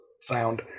sound